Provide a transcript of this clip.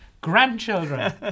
grandchildren